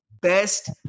best